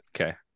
Okay